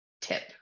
tip